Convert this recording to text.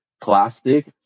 plastic